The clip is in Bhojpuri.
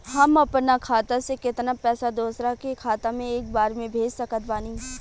हम अपना खाता से केतना पैसा दोसरा के खाता मे एक बार मे भेज सकत बानी?